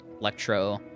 Electro